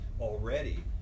already